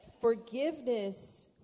forgiveness